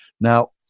Now